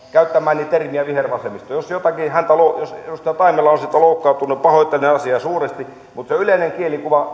käyttämääni termiä vihervasemmisto jos edustaja taimela on siitä loukkaantunut pahoittelen asiaa suuresti mutta se on yleinen kielikuva